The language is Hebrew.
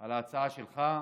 על ההצעה שלך,